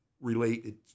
related